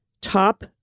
top